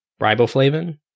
riboflavin